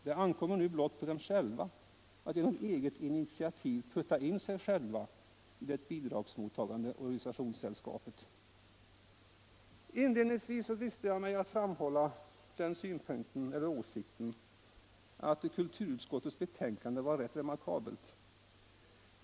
Det ankommer nu blott på dem själva att genom eget initiativ putta in sig själva i det bidragsmottagande organisationssällskapet. Inledningsvis dristade jag mig att framhålla den åsikten att kulturutskottets betänkande var rätt remarkabelt.